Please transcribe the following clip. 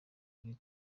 kuri